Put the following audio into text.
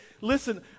listen